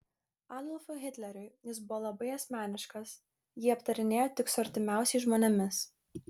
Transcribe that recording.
adolfui hitleriui jis buvo labai asmeniškas jį aptarinėjo tik su artimiausiais žmonėmis